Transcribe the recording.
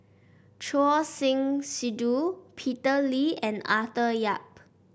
Choor Singh Sidhu Peter Lee and Arthur Yap